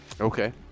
Okay